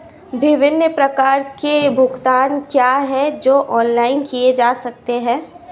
विभिन्न प्रकार के भुगतान क्या हैं जो ऑनलाइन किए जा सकते हैं?